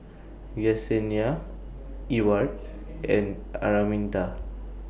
Yesenia Ewart and Araminta